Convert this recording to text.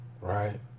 right